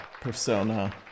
persona